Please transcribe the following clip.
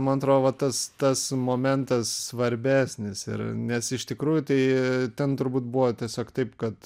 man atro va tas tas momentas svarbesnis ir nes iš tikrųjų tai ten turbūt buvo tiesiog taip kad